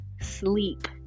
sleep